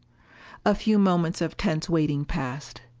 a few moments of tense waiting passed.